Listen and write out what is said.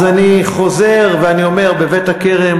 אז אני חוזר ואומר: בבית-הכרם,